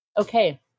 Okay